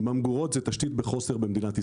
ממגורות זה תשתית בחוסר במדינת ישראל.